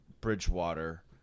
Bridgewater